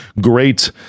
great